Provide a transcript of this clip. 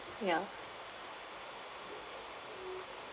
ya